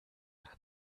dann